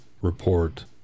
report